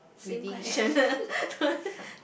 same question